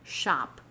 shop